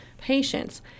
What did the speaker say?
patients